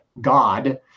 God